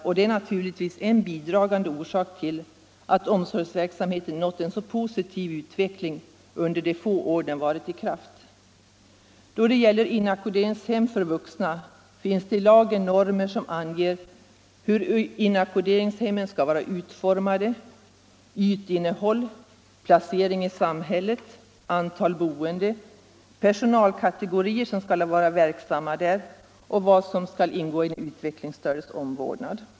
Detta är naturligtvis en bidragande orsak till att omsorgsverksamheten nått en så positiv utveckling under de få år lagen varit i kraft. Då det gäller inackorderingshem för vuxna finns det i lagen normer angivna för hemmens utformning, ytinnehåll, placering i samhället, antal boende, personalkategorier som skall vara verksamma där och vad som skall ingå i den utvecklingsstördes omvårdnad.